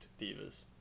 Divas